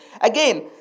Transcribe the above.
Again